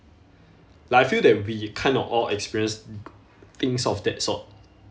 like I feel that we kind of all experience things of that sort